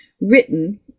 written